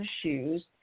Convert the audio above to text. shoes